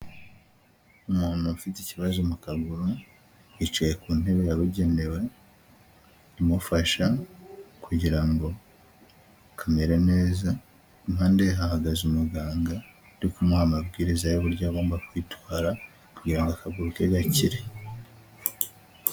Umuntu ufite ikibazo mu kaguru, yicaye ku ntebe yabugenewe imufasha kugira ngo kamere neza, impande ye hahagaze umuganga uri kumuha amabwiriza y'uburyo agomba kwitwara kugira ngo akaguru ke gakire.